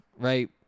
right